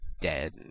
dead